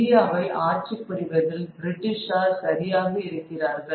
இந்தியாவை ஆட்சி புரிவதில் பிரிட்டிஷார் சரியாக இருக்கிறார்கள்